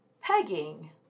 pegging